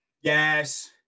yes